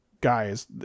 guys